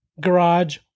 garage